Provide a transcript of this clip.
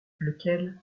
lequel